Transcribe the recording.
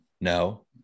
no